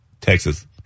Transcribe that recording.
Texas